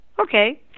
Okay